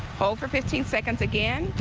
hold for fifteen seconds again.